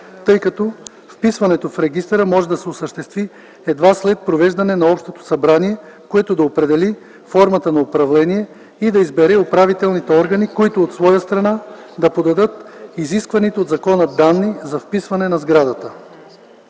тъй като вписването в регистъра може да се осъществи едва след провеждане на общото събрание, което да определи формата на управление и да избере управителните органи, които от своя страна да подадат изискваните от закона данни за вписване на сградата.